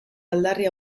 aldarria